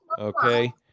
okay